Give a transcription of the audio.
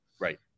Right